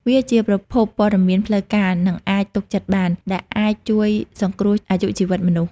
វាជាប្រភពព័ត៌មានផ្លូវការ និងអាចទុកចិត្តបាន ដែលអាចជួយសង្គ្រោះអាយុជីវិតមនុស្ស។